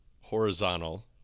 horizontal